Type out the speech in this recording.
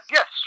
Yes